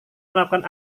melakukan